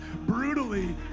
Brutally